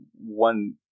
one